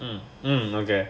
mm okay